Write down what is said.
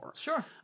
Sure